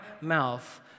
mouth